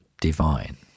divine